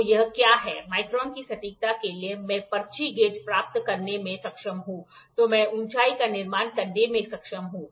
तो यह क्या है माइक्रोन की सटीकता के लिए मैं पर्ची गेज प्राप्त करने में सक्षम हूं तो मैं ऊंचाई का निर्माण करने में सक्षम हूं